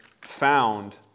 found